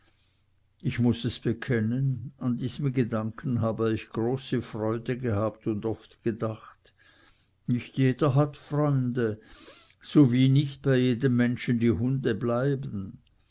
ich muß es bekennen an diesem gedanken habe ich große freude gehabt und oft gedacht nicht jeder hat freunde so wie nicht bei jedem menschen die hunde bleiben